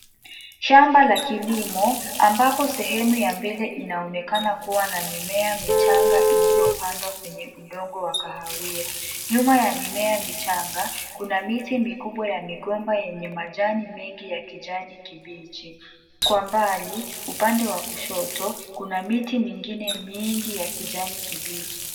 Shamba la kilimo, ambapo sehemu ya mbele inaonekana kuwa na mimea michanga iliyopandwa kwenye udongo wa kahawia. Nyuma ya mimea michanga, kuna miti mikubwa ya migomba yenye majani mengi ya kijani kibichi. Kwa mbali upande wa kushoto kuna miti mingine mingi ya kijani kibichi.